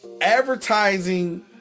advertising